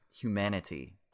humanity